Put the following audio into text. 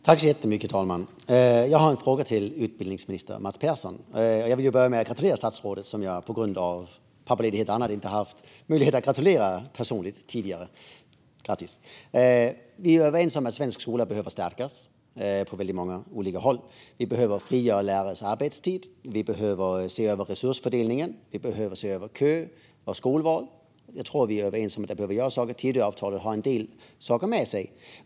Fru talman! Jag har en fråga till utbildningsminister Mats Persson. Jag vill börja med att gratulera statsrådet, vilket jag inte har haft möjlighet att göra personligen tidigare. Vi är överens om att svensk skola behöver stärkas på väldigt många olika håll. Vi behöver frigöra lärares arbetstid, vi behöver se över resursfördelningen och vi behöver se över köer och skolval. Jag tror att vi är överens om att saker behöver göras. Tidöavtalet innehåller en del.